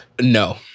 No